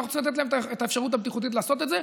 ואנחנו צריכים לתת להם את האפשרות הבטיחותית לעשות את זה.